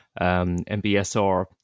MBSR